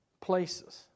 places